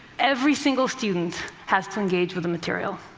every single student has to engage with the material.